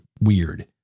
weird